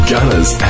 Gunners